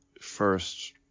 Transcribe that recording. first